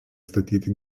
statyti